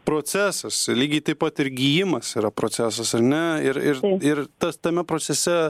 procesas lygiai taip pat ir gijimas yra procesas ar ne ir ir ir tas tame procese